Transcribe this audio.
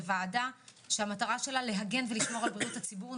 זאת ועדה שהמטרה שלה היא להגן ולשמור על בריאות הציבור,